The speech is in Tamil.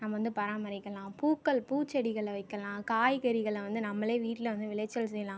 நம்ம வந்து பராமரிக்கலாம் பூக்கள் பூச்செடிகளை வைக்கலாம் காய்கறிகளை வந்து நம்மளே வீட்டில் வந்து விளைச்சல் செய்யலாம்